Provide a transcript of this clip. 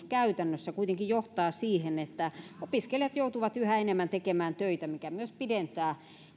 käytännössä kuitenkin johtaa siihen että opiskelijat joutuvat yhä enemmän tekemään töitä mikä myös pidentää